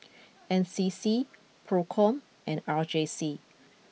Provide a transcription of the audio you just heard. N C C Procom and R J C